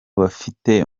bafite